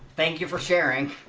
thank you for sharing